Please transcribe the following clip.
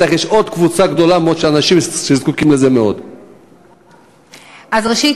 אז ראשית,